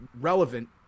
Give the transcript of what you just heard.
relevant